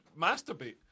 masturbate